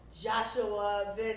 joshua